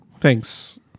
Thanks